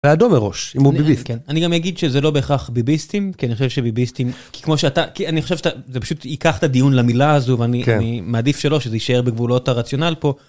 הדובר ראש הוא ביביסט .כן, אני גם אגיד שזה לא בהכרח ביביסטים כי אני חושב שביביסטים כמו שאתה, כי אני חושב שזה פשוט ייקח את הדיון למילה הזו ואני מעדיף שלא, שזה יישאר בגבולות הרציונל פה.